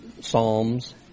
psalms